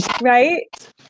right